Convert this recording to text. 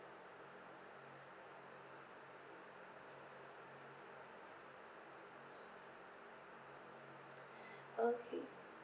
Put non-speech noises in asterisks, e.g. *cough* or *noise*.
*breath* okay